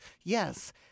Yes